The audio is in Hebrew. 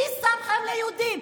מי שמכם ליהודים?